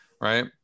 Right